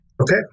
Okay